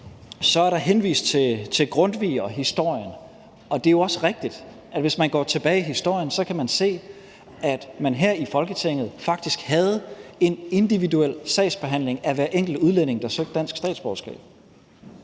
Så er der henvist til Grundtvig og historien, og det er jo også rigtigt, at hvis man går tilbage i historien, kan man se, at man her i Folketinget faktisk havde en individuel sagsbehandling af hver enkelt udlænding, der søgte dansk statsborgerskab,